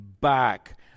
back